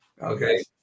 Okay